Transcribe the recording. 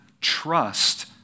trust